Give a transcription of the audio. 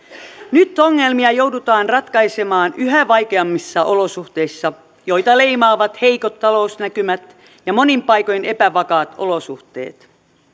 nyt ongelmia joudutaan ratkaisemaan yhä vaikeammissa olosuhteissa joita leimaavat heikot talousnäkymät ja monin paikoin epävakaat olosuhteet